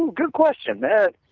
and good question there.